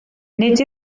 nid